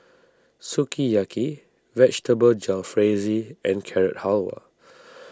Sukiyaki Vegetable Jalfrezi and Carrot Halwa